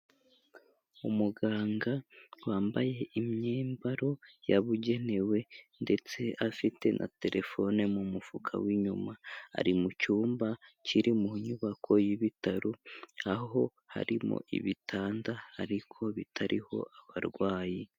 Umuganga wambaye imyambaro yabugenewe ndetse afite na telefone mu mufuka w'inyuma ari mucyumba kiri mu nyubako y'ibitaro aho harimo ibitanda ariko bitariho abarwayi.